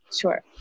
Sure